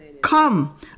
Come